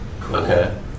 Okay